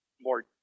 More